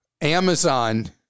Amazon